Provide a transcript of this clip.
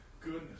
goodness